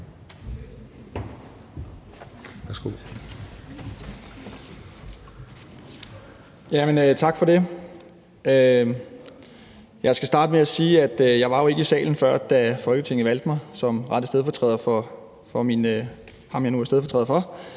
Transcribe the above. Tak for det. Jeg skal starte med sige, at jeg jo ikke var i salen før, da Folketinget valgte mig som rette stedfortræder for ham, jeg nu er stedfortræder for,